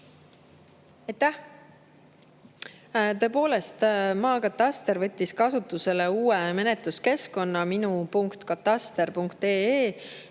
Tõepoolest, maakataster võttis kasutusele uue menetluskeskkonna minu.kataster.ee,